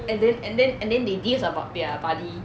and then and then and then they diss about their buddy